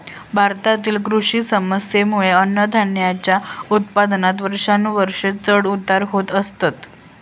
भारतातील कृषी समस्येंमुळे अन्नधान्याच्या उत्पादनात वर्षानुवर्षा चढ उतार होत असतत